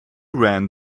ran